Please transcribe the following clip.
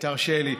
תרשה לי.